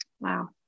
Wow